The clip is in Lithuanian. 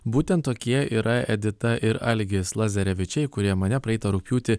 būtent tokie yra edita ir algis lazerevičiai kurie mane praeitą rugpjūtį